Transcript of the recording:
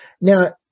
Now